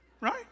Right